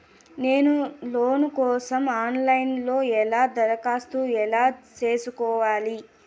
నేను లోను కోసం online లో ఎలా దరఖాస్తు ఎలా సేసుకోవాలి?